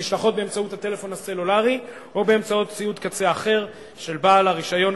שנשלחות באמצעות הטלפון הסלולרי או באמצעות ציוד קצה אחר של בעל הרשיון,